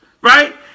right